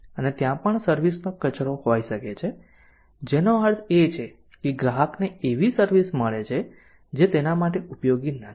અને ત્યાં પણ સર્વિસ નો કચરો હોઈ શકે છે જેનો અર્થ એ છે કે ગ્રાહકને એવી સર્વિસ મળે છે જે તેના માટે ઉપયોગી નથી